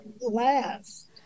last